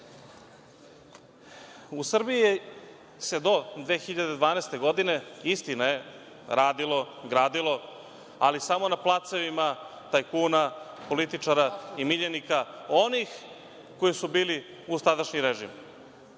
U Srbiji se do 2012. godine, istina je, radilo, gradilo, ali samo na placevima tajkuna, političara i miljenika onih koji su bili uz tadašnji režim.